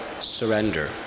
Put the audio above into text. surrender